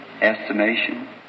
estimation